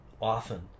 often